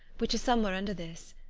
which is somewhere under this.